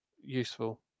useful